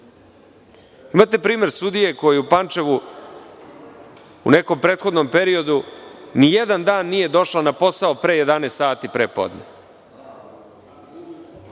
Imate primer sudije koji u Pančevu u nekom prethodnom periodu nijedan dan nije došao na posao pre 11,00 sati prepodne.